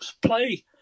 play